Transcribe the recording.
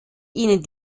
ihnen